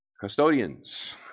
custodians